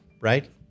right